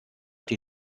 die